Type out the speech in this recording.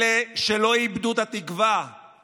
אלה שלא איבדו את התקווה,